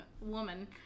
woman